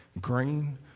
green